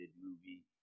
movie